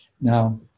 Now